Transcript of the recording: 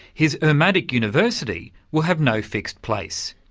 his urmadic university will have no fixed place.